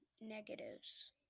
negatives